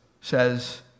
says